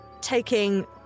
taking